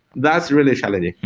that's really challenging.